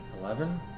Eleven